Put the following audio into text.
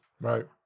Right